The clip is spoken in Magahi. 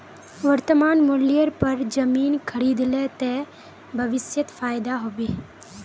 वर्तमान मूल्येर पर जमीन खरीद ले ते भविष्यत फायदा हो बे